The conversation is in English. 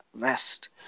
west